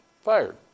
fired